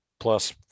plus